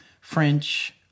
French